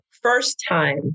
First-time